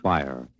Fire